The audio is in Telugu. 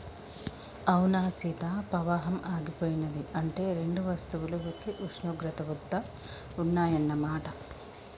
అవునా సీత పవాహం ఆగిపోయినది అంటే రెండు వస్తువులు ఒకే ఉష్ణోగ్రత వద్ద ఉన్నాయన్న మాట